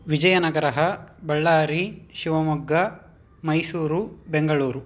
Vizianagaram Ballari Shivamogga Mysuru Bengaluru